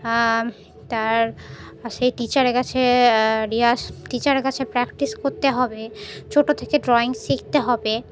তার সেই টিচারের কাছে রিয়াস টিচারের কাছে প্র্যাকটিস করতে হবে ছোটো থেকে ড্রয়িং শিখতে হবে